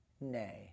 nay